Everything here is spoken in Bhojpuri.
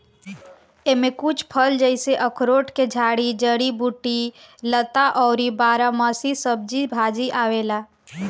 एमे कुछ फल जइसे अखरोट के झाड़ी, जड़ी बूटी, लता अउरी बारहमासी सब्जी भाजी आवेला